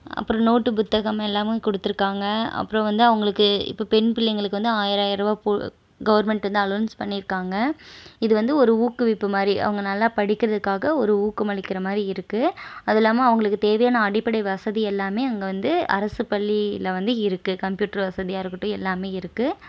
அப்புறம் நோட்டு புத்தகம் எல்லாமே கொடுத்துருக்காங்க அப்புறம் வந்து அவங்களுக்கு இப்போ பெண் பிள்ளைகளுக்கு வந்து ஆயர ஆயருபா போ கவுர்மெண்ட் வந்து அலோன்ஸ் பண்ணிருக்காங்கள் இது வந்து ஒரு ஊக்குவிப்பு மாதிரி அவங்க நல்லா படிக்கிறதுக்காக ஒரு ஊக்குமளிக்கிற மாதிரி இருக்குது அதுல்லாமல் அவங்களுக்கு தேவையான அடிப்படை வசதி எல்லாமே அங்கே வந்து அரசுப் பள்ளியில் வந்து இருக்குது கம்ப்யூட்டர் வசதியாக இருக்கட்டும் எல்லாமே இருக்குது